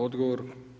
Odgovor.